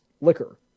liquor